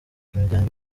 imiryango